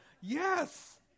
Yes